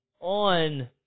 on